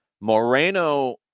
moreno